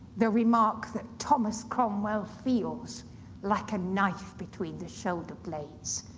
the remark that thomas cromwell feels like a knife between the shoulder blades.